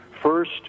first